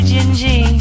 Gingy